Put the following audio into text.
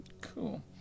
Cool